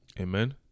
Amen